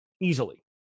easily